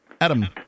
Adam